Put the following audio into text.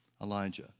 Elijah